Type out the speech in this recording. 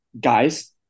guys